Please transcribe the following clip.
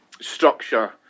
Structure